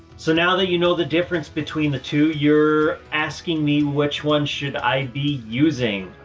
so now that you know the difference between the two, you're asking me which one should i be using.